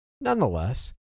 Nonetheless